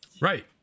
Right